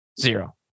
Zero